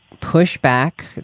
pushback